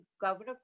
Governor